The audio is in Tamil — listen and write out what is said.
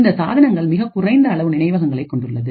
இந்த சாதனங்கள் மிகக்குறைந்த அளவு நினைவகங்களை கொண்டுள்ளது